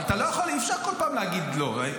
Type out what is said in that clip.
אבל אתה לא יכול כל פעם להגיד לא.